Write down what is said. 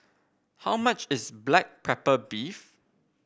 how much is Black Pepper Beef